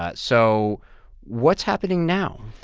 ah so what's happening now?